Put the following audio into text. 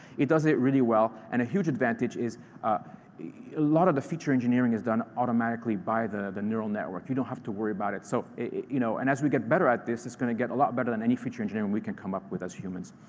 it does it really well. and a huge advantage is a a lot of the feature engineering is done automatically by the the neural network. you don't have to worry about it. so you know and as we get better at this, it's going to get a lot better than any feature engineering we can come up with as humans.